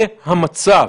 זה המצב.